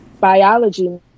biology